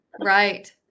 right